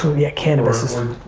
so yeah, cannabis is ah